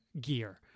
gear